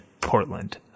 Portland